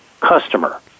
customer